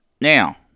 Now